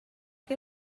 que